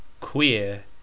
Queer